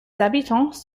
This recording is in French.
habitants